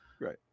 right